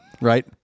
right